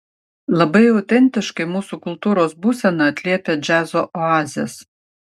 labai autentiškai mūsų kultūros būseną atliepia džiazo oazės